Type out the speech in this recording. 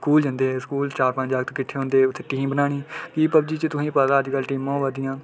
school जंदे हे school चार पंज जागत किट्ठे होंदे हे उत्थै बेइयै गेम बनाना फ्ही पबजी च तुआहीं पता अज्ज कल टीमां होआ दी